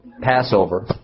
Passover